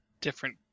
different